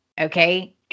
Okay